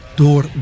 door